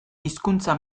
hizkuntza